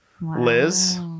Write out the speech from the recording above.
liz